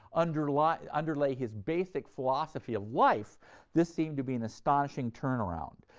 underlay underlay his basic philosophy of life this seemed to be an astonishing turnaround,